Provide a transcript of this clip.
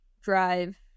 drive